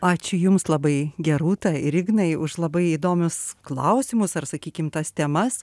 ačiū jums labai gerūta ir ignai už labai įdomius klausimus ar sakykim tas temas